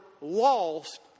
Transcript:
lost